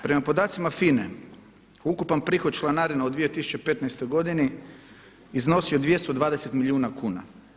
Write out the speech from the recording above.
Prema podacima FINA-e ukupan prihod članarina u 2015. godini iznosio je 220 milijuna kuna.